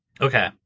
Okay